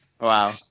Wow